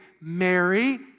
Mary